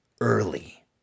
early